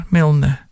Milne